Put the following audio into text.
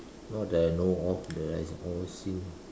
not that I know of that I always seen